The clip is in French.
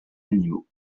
animaux